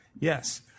Yes